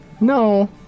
No